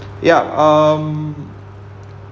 ya um